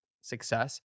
success